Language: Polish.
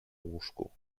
łóżku